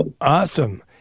Awesome